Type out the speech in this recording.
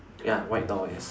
ya white door yes